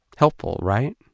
helpful, right?